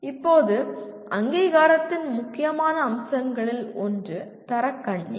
இப்போது அங்கீகாரத்தின் முக்கியமான அம்சங்களில் ஒன்று தரக் கண்ணி